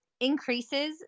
increases